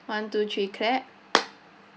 one two three clap